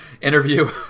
interview